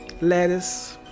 lettuce